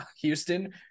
Houston